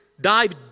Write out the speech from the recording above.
Dive